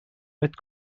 mit